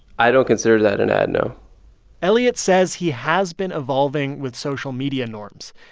i don't consider that an ad, no elliot says he has been evolving with social media norms.